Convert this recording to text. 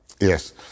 Yes